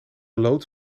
loods